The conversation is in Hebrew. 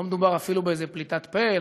לא מדובר אפילו באיזו פליטת פה,